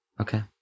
Okay